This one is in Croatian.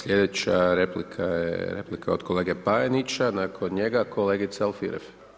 Slijedeća replika je replika od kolege Panenića, nakon njega kolegica Alfirev.